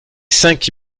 cinq